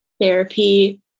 therapy